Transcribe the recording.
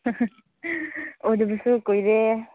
ꯎꯗꯕꯁꯨ ꯀꯨꯏꯔꯦ